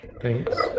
Thanks